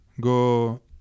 go